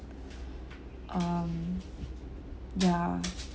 um ya